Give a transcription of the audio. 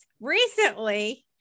Recently